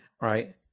right